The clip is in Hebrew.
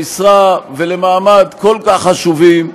למשרה ולמעמד כל כך חשובים.